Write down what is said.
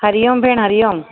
हरिओम भेण हरिओम